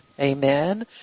Amen